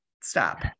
stop